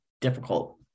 difficult